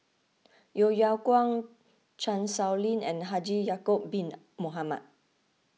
Yeo Yeow Kwang Chan Sow Lin and Haji Ya'Acob Bin Mohamed